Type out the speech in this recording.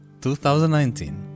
2019